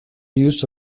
use